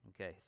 Okay